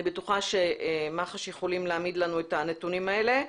אני בטוחה שמח"ש יכולים להעמיד לנו את הנתונים האלה.